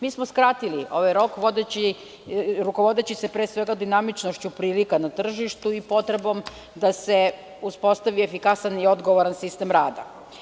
Mi smo skratili ovaj rok rukovodeći se pre svega dinamičnošću prilika na tržištu i potrebom da se uspostavi efikasan i odgovoran sistem rada.